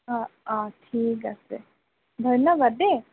অঁ অঁ ঠিক আছে ধন্যবাদ দেই